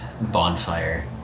bonfire